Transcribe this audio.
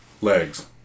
Legs